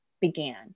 began